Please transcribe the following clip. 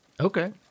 Okay